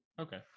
Okay